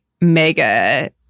mega